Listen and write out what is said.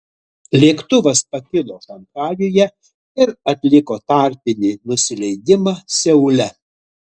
lėktuvas pakilo šanchajuje ir atliko tarpinį nusileidimą seule